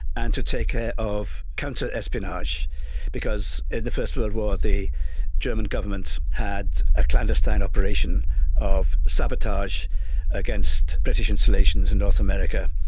and to take care ah of counterespionage because in the first world war the german government had a clandestine operation of sabotage against british installations in north america.